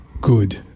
good